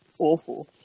awful